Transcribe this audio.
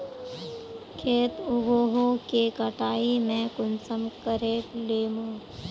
खेत उगोहो के कटाई में कुंसम करे लेमु?